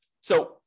So-